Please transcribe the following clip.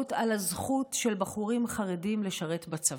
התגברות על הזכות של בחורים חרדים לשרת בצבא,